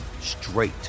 straight